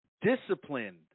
disciplined